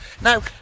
now